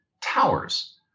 towers